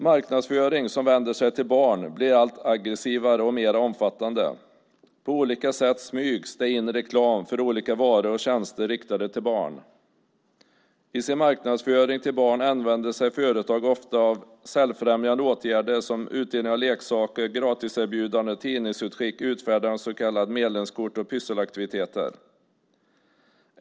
Marknadsföring som vänder sig till barn blir allt aggressivare och mer omfattande. På olika sätt "smygs" det in reklam för olika varor och tjänster riktade till barn. I sin marknadsföring till barn använder sig företag ofta av säljfrämjande åtgärder som utdelning av leksaker, gratiserbjudanden, tidningsutskick, utfärdande av så kallade medlemskort och pysselaktiviteter.